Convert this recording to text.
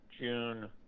June